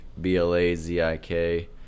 b-l-a-z-i-k